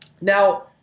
Now